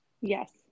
yes